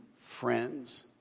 friends